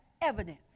evidence